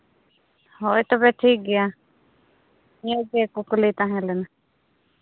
ᱦᱳᱭ ᱛᱚᱵᱮ ᱴᱷᱤᱠ ᱜᱮᱭᱟ ᱦᱮᱸ ᱪᱮᱫ ᱠᱩᱠᱞᱤ ᱛᱟᱦᱮᱸ ᱞᱮᱱᱟ